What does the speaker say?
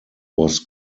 was